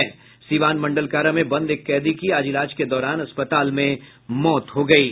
सिवान मंडल कारा में बंद एक कैदी की आज इलाज के दौरान अस्पताल में मौत हो गयी